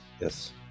Yes